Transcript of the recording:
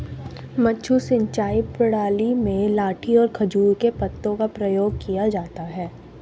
मद्दू सिंचाई प्रणाली में लाठी और खजूर के पत्तों का प्रयोग किया जाता है